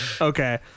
Okay